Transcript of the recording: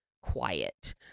quiet